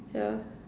yeah